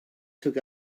took